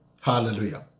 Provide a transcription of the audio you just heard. Hallelujah